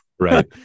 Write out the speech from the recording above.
right